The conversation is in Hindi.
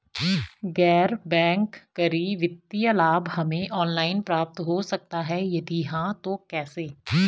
गैर बैंक करी वित्तीय लाभ हमें ऑनलाइन प्राप्त हो सकता है यदि हाँ तो कैसे?